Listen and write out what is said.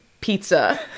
pizza